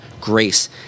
grace